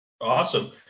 Awesome